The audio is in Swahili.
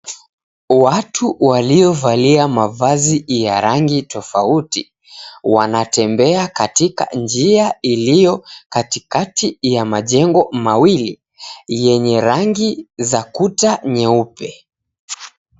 Watu waliovalia mavazi ya rangi tofauti wanatembea katika njia ilio katikati ya majengo mawili yenye rangi za kuta nyeupe.